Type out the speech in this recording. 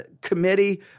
Committee